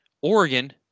Oregon